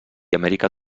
amèrica